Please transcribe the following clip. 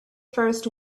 first